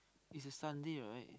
is a Sunday right